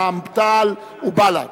רע"ם-תע"ל ובל"ד,